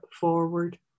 forward